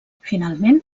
finalment